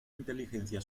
inteligencia